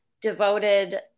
devoted